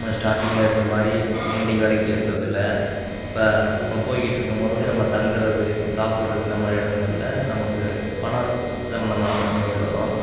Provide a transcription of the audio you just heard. நம்ம ஸ்டார்டிங்கில் இருக்கற மாதிரி எண்டிங் வரைக்கும் இருக்கிறதில்லை இப்போ நம்ம போயிக்கிட்டு இருக்கும்போது நம்ம தங்குறது சாப்பிட்றது இந்த மாதிரி இடங்கள்ல நமக்கு பணம் சம்பந்தமான பிரச்சினைகள் வரும்